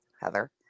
Heather